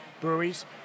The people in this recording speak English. breweries